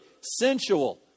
sensual